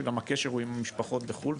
כשגם הקשר הוא עם המשפחות בחו"ל,